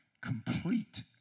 Complete